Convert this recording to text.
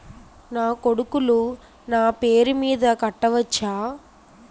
నా కొడుకులు నా పేరి మీద కట్ట వచ్చా?